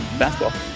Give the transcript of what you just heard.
basketball